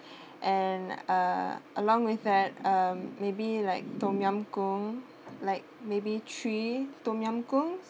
and uh along with that um maybe like tom yum goonglike maybe three tom yum goong